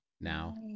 now